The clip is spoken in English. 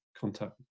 contact